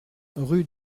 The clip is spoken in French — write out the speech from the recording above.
rue